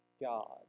God